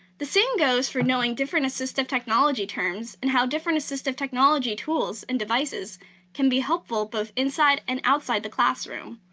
the same goes for knowing different assistive technology terms and how different assistive technology tools and devices can be helpful both inside and outside the classroom.